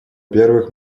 первых